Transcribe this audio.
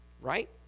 right